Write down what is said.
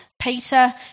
Peter